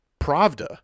Pravda